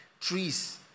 trees